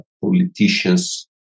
politician's